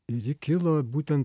ir ji kilo būtent